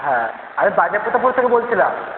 হ্যাঁ আমি বাজেপ্রতাপপুর থেকে বলছিলাম